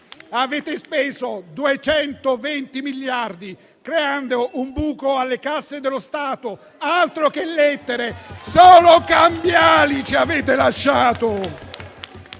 Avete speso 220 miliardi creando un buco alle casse dello Stato, altro che lettere! Solo cambiali ci avete lasciato